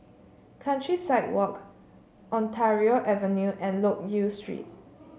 Countryside Walk Ontario Avenue and Loke Yew Street